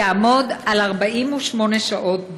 יעמוד על 48 שעות בלבד".